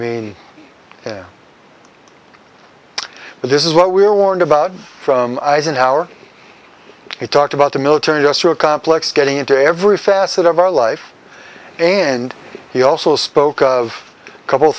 mean but this is what we were warned about from eisenhower he talked about the military industrial complex getting into every facet of our life and he also spoke of a couple